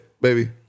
baby